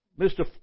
Mr